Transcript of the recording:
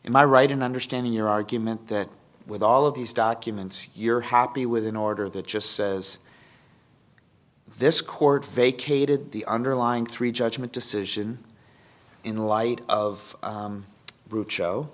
i right in understanding your argument that with all of these documents you're happy with an order that just says this court vacated the underlying three judgment decision in light of